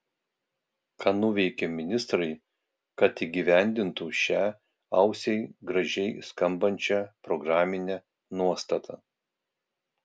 ką nuveikė ministrai kad įgyvendintų šią ausiai gražiai skambančią programinę nuostatą